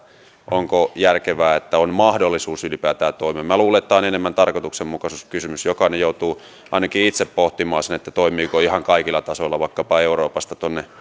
onko järkevää että on mahdollisuus ylipäätään toimia minä luulen että tämä on enemmän tarkoituksenmukaisuuskysymys jokainen joutuu ainakin itse pohtimaan sen toimiiko ihan kaikilla tasoilla vaikkapa euroopasta tuonne